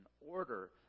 order